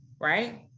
right